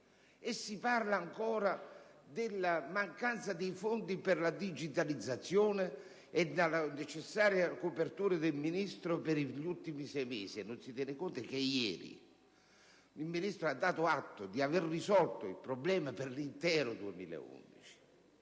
e si parla ancora della mancanza di fondi per la digitalizzazione e della necessaria copertura per gli ultimi sei mesi; non si tiene conto del fatto, però, che ieri il ministro Alfano ha dato atto di aver risolto il problema per l'intero 2011.